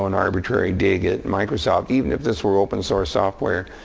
and arbitrary dig at microsoft. even if this were open source software,